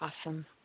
Awesome